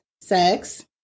sex